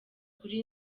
kuri